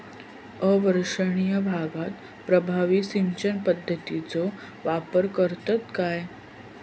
अवर्षणिय भागात प्रभावी सिंचन पद्धतीचो वापर करतत काय?